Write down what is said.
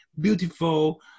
beautiful